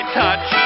touch